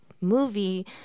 movie